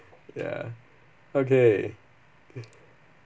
ya okay